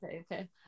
okay